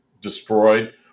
destroyed